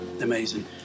amazing